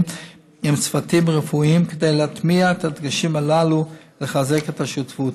עם צוותים רפואיים כדי להטמיע את הדגשים הללו ולחזק את השותפות.